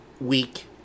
week